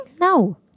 No